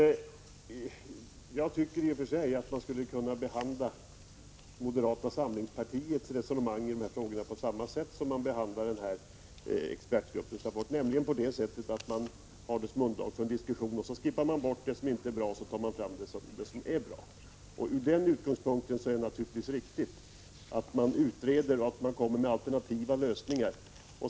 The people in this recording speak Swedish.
Men jag tycker i och för sig att man skulle kunna behandla moderata samlingspartiets resonemang i dessa frågor på samma sätt som man behandlade expertgruppens rapport på, nämligen så att man har materialet som underlag för en diskussion samt skippar det som inte är bra och behåller det som är bra. Från den utgångspunkten är det naturligtvis riktigt att man utreder frågan och för fram alternativa lösningar.